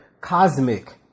cosmic